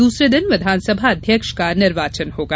दूसरे दिन विधानसभा अध्यक्ष का निर्वाचन होगा